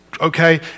okay